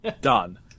Done